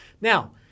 Now